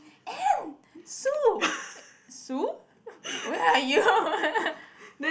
Anne sue where are you